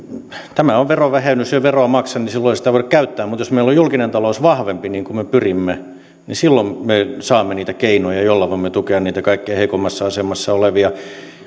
tämä on verovähennys ja jos ei veroa maksa niin silloin sitä ei voida käyttää mutta jos meillä on julkinen talous vahvempi niin kuin me pyrimme niin silloin me saamme niitä keinoja joilla voimme tukea niitä kaikkein heikoimmassa asemassa olevia